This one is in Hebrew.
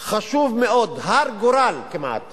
חשוב מאוד, הרה גורל כמעט